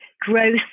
growth